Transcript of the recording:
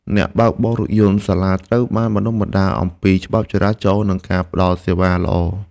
អ្នកបើកបររថយន្តសាលាត្រូវបានបណ្តុះបណ្តាលអំពីច្បាប់ចរាចរណ៍និងការផ្តល់សេវាល្អ។